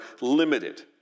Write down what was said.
limited